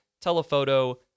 telephoto